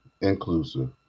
inclusive